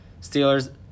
Steelers